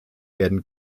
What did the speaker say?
werden